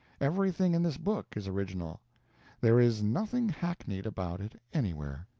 everything in this book is original there is nothing hackneyed about it anywhere.